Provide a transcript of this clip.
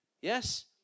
Yes